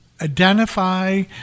identify